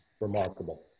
remarkable